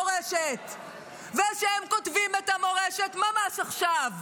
המורשת ושהם כותבים את המורשת ממש עכשיו,